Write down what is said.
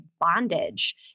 bondage